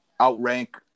outrank